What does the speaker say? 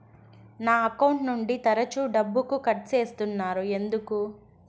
నా అకౌంట్ నుండి తరచు డబ్బుకు కట్ సేస్తున్నారు ఎందుకు